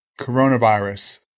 coronavirus